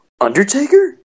Undertaker